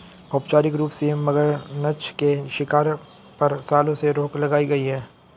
औपचारिक रूप से, मगरनछ के शिकार पर, सालों से रोक लगाई गई है